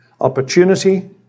Opportunity